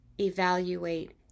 evaluate